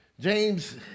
James